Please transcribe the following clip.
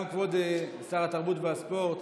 גם כבוד שר התרבות והספורט.